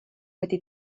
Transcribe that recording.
wedi